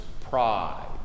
Pride